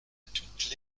toutes